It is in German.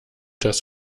das